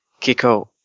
Kiko